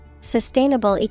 Sustainable